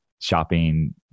shopping